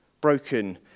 broken